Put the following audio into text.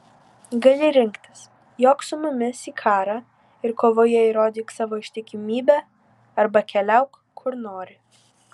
gali rinktis jok su mumis į karą ir kovoje įrodyk savo ištikimybę arba keliauk kur nori